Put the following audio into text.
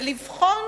ולבחון